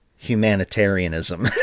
Humanitarianism